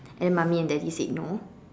and then mummy and daddy said no